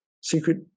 Secret